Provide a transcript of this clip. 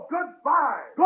Goodbye